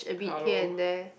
hello